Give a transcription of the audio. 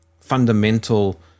fundamental